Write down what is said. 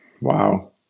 Wow